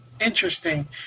interesting